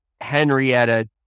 Henrietta